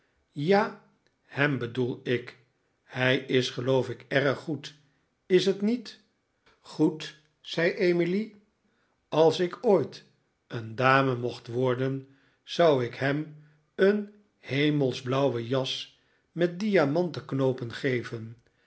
ja hem bedoel ik hij is geloof ik erg goed is het niet goed zei emily als ik ooit een dame mocht worden zou ik hem een hemelsblauwe jas met diamanten knoopen geven